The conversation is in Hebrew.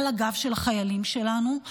על הגב של החיילים שלנו,